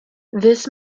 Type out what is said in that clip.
this